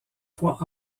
fois